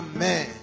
Amen